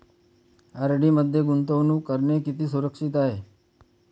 RD मध्ये गुंतवणूक करणे किती सुरक्षित आहे?